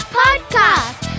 podcast